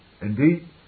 Indeed